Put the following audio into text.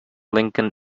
lincoln